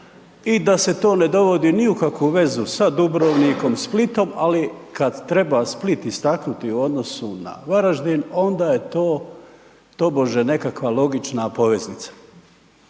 i da se to ne dovodi ni u kakvu vezu sa Dubrovnikom i Splitom, ali kad treba Split istaknuti u odnosu na Varaždin onda je to tobože nekakva logična poveznica.